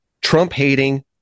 Trump-hating